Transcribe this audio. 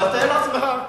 אבל תאר לעצמך,